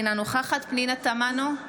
אינה נוכחת פנינה תמנו,